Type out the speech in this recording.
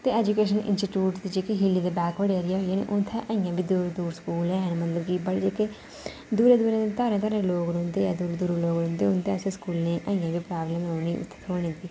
ते education institute दे जेह्के हिली दे बैकबर्ड़ एरिया होई गे निं उत्थें अजें बी दूर दूर स्कूल हैन मतलब कि बड़े जेह्के दूरें दूरें धारें धारें दे लोग रौंह्दे दूर दूर लोक रौंह्दे उं'दे आस्तै स्कूलें दी अजें बी प्राब्लम ऐ उ'नेंगी उत्थै होने दी